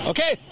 Okay